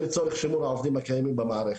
והן לצורך שימור העובדים הקיימים במערכת.